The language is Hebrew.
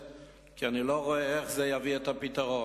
כי אני לא רואה איך זה יביא את הפתרון.